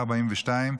42),